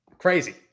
Crazy